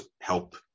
help